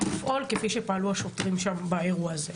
לפעול כפי שפעלו השוטרים שם באירוע הזה.